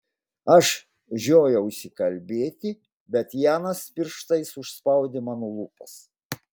aš žiojausi kalbėti bet janas pirštais užspaudė man lūpas